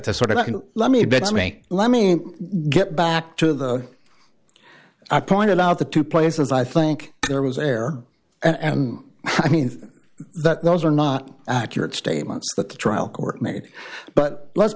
to sort of let me beg me let me get back to the i pointed out the two places i think there was there and i mean that those are not accurate statements that the trial court made but l